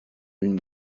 une